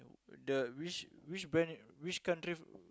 the which which brand which country